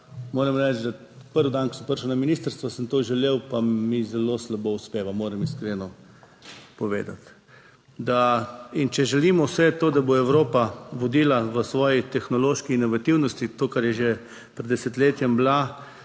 Moram reči, da prvi dan, ko sem prišel na ministrstvo, sem to želel, pa mi zelo slabo uspeva, moram iskreno povedati. Da in če želimo vse to, da bo Evropa vodila v svoji tehnološki inovativnosti, to, kar je že pred desetletjem bila,